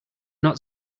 not